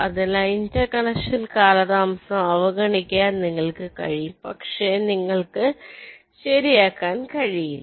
അതിനാൽ ഇന്റർകണക്ഷൻ കാലതാമസം അവഗണിക്കാൻ നിങ്ങൾക്ക് കഴിയും പക്ഷേ നിങ്ങൾക്ക് ശരിയാക്കാൻ കഴിയില്ല